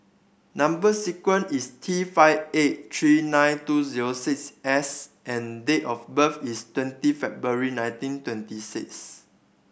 number sequence is T five eight three nine two zero six S and date of birth is twenty February nineteen twenty six